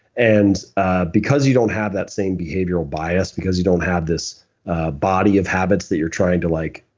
and ah because you don't have that same behavioral bias, because you don't have this body of habits that you're trying to like